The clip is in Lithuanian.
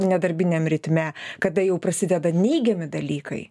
nedarbiniam ritme kada jau prasideda neigiami dalykai